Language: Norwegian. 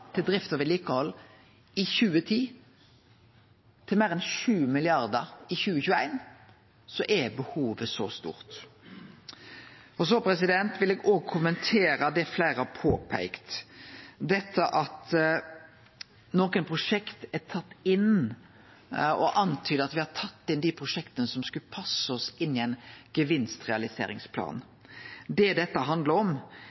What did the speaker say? til drift og vedlikehald i 2010 til meir enn 7 mrd. kr i 2021, er behovet stort. Og så vil eg kommentere det fleire har påpeikt, dette at nokre prosjekt er tatt inn, og at det blir antyda at me har tatt inn dei prosjekta som skulle passe oss i ein gevinstrealiseringsplan. Det dette handlar om,